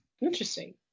Interesting